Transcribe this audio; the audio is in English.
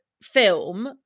film